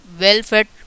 well-fed